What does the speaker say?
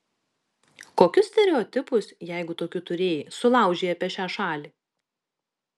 kokius stereotipus jei tokių turėjai sulaužei apie šią šalį